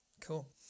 cool